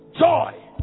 joy